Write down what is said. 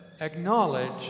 acknowledge